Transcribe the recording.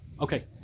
Okay